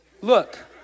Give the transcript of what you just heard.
Look